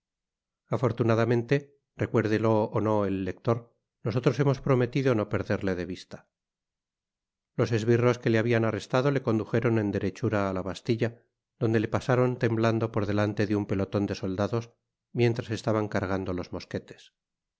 afortunadamente recuérdelo ó no el lector nosotros hemos prometido no perderle de vista los esbirros que le habian arrestado le condujeron en derechura á la bastilla donde le pasaron temblando por delante un peloton de soldados mientras estaban cargando los mosquetes